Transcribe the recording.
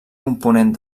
component